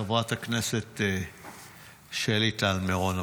חברת הכנסת שלי טל מירון,